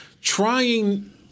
trying